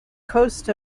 coast